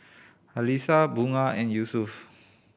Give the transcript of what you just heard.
Alyssa Bunga and Yusuf